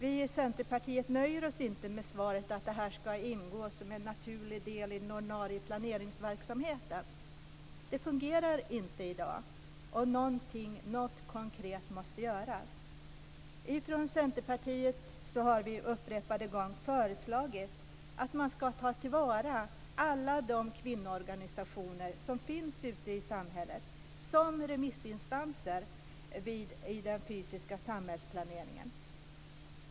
Vi i Centerpartiet nöjer oss inte med svaret att det här ska ingå som en naturlig del i den ordinarie planeringsverksamheten. Det fungerar inte i dag, och något konkret måste göras. Från Centerpartiet har vi upprepade gånger föreslagit att man ska ta till vara alla de kvinnoorganisationer som finns ute i samhället som remissinstanser i den fysiska samhällsplaneringen.